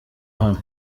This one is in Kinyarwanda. hano